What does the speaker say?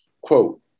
quote